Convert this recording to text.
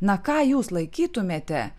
na ką jūs laikytumėte